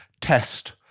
test